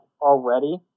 already